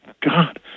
God